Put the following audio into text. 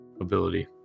ability